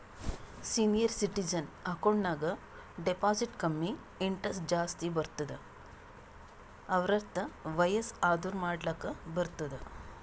senior citizen account ನಾಗ್ deposit ಕಮ್ಮಿ interest ಜಾಸ್ತಿ ಬರ್ತುದ್ ಅರ್ವತ್ತ್ ವಯಸ್ಸ್ ಆದೂರ್ ಮಾಡ್ಲಾಕ ಬರ್ತುದ್